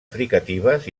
fricatives